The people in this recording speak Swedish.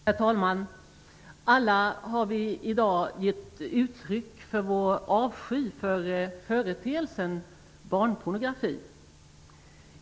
Herr talman! Alla har vi i dag givit uttryck för vår avsky för företeelsen barnpornografi.